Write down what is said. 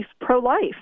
pro-life